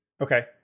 Okay